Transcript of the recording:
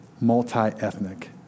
multi-ethnic